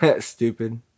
stupid